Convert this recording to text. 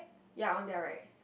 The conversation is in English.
ya on their right